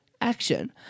action